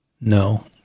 No